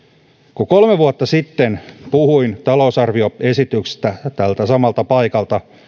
kun kolme vuotta sitten puhuin talousarvioesityksestä tältä samalta paikalta